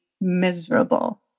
miserable